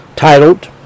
Titled